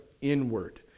inward